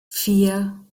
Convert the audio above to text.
vier